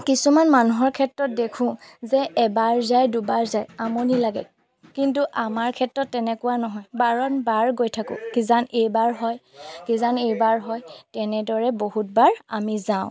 কিছুমান মানুহৰ ক্ষেত্ৰত দেখোঁ যে এবাৰ যায় দুবাৰ যায় আমনি লাগে কিন্তু আমাৰ ক্ষেত্ৰত তেনেকুৱা নহয় বাৰম্বাৰ গৈ থাকোঁ কিজানি এইবাৰ হয় কিজানি এইবাৰ হয় তেনেদৰে বহুতবাৰ আমি যাওঁ